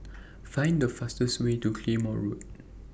Find The fastest Way to Claymore Road